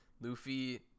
Luffy